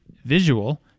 visual